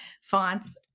fonts